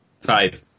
Five